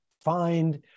find